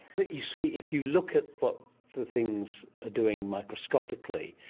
but, you see, if you look at what the things are doing microscopically,